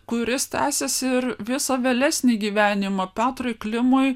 kuris tęsiasi ir visą vėlesnį gyvenimą petrui klimui